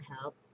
help